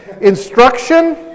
Instruction